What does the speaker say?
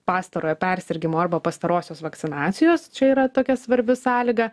pastarojo persirgimo arba pastarosios vakcinacijos čia yra tokia svarbi sąlyga